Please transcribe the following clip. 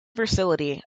versatility